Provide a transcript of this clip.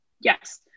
Yes